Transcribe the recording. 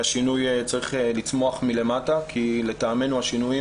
והשינוי צריך לצמוח מלמטה כי לדעתנו השינויים